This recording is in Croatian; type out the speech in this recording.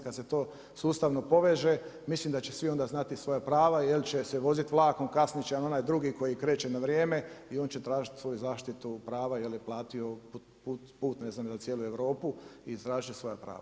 Kada se to sustavno poveže mislim da će svi onda znati svoja prava jer će se voziti vlakom, kasniti će na onaj drugi koji kreće na vrijeme i on će tražiti svoju zaštitu prava jer je platio put, ne znam cijelu Europu i tražiti će svoja prava.